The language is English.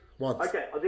Okay